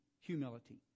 humility